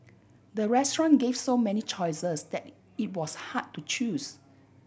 the restaurant gave so many choices that it was hard to choose